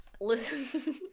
Listen